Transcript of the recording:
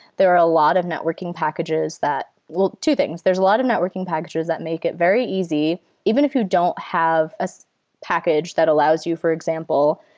there are ah lot of networking packages that well, two things. there're a lot of networking packages that make it very easy even if you don't have ah package that allows you, for example,